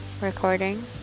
recording